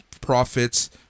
profits